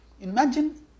Imagine